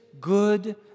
good